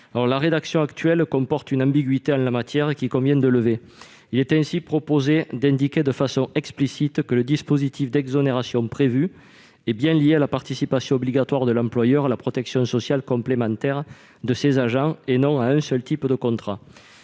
nous est soumis comporte une ambiguïté, qu'il convient de lever. Il est ainsi proposé d'indiquer de façon explicite que le dispositif d'exonération prévu est bien lié à la participation obligatoire de l'employeur à la protection sociale complémentaire de ses agents, et non à un seul type de contrat.